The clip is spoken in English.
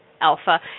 alpha